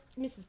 Mrs